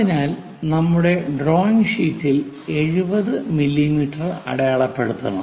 അതിനാൽ നമ്മുടെ ഡ്രോയിംഗ് ഷീറ്റിൽ 70 മില്ലീമീറ്റർ അടയാളപ്പെടുത്തണം